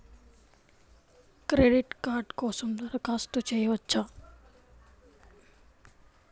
Credit card కోసం దరఖాస్తు చేయవచ్చా?